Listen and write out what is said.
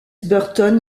burton